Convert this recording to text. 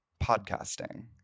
podcasting